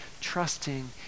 trusting